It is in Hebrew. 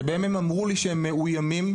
שאמרו לי שהם מאויימים,